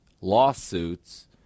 lawsuits